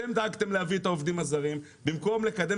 אתם דאגתם להביא את העובדים הזרים במקום לקדם